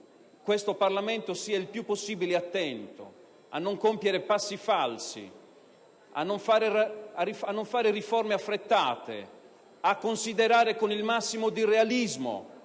Il Parlamento sia il più possibile attento a non compiere passi falsi, a non fare riforme affrettate, a considerare con il massimo realismo